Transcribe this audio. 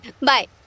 bye